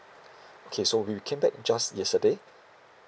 okay so we came back just yesterday